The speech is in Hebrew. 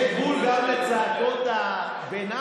יש גבול גם לצעקות הביניים,